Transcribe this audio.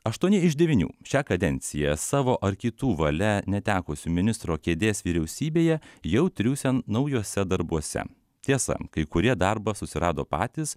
aštuoni iš devynių šią kadenciją savo ar kitų valia netekusių ministro kėdės vyriausybėje jau triūsia naujuose darbuose tiesa kai kurie darbą susirado patys